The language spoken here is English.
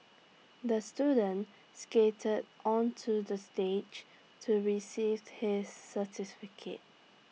the student skated onto the stage to received his certificate